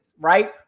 right